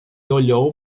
olhou